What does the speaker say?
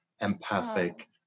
empathic